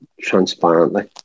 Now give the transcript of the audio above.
transparently